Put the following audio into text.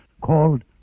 called